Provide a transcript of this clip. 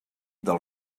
del